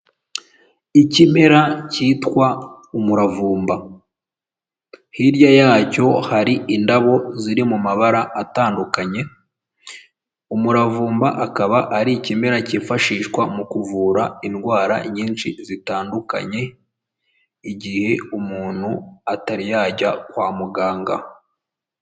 Ikimera cyitwa umuravumba, hirya yacyo hari indabo ziri mu mabara atandukanye. Umuravumba akaba ari ikimera cyifashishwa mu kuvura indwara nyinshi zitandukanye, igihe umuntu atari yajya kwa muganga.